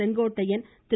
Sengottaiyan Thiru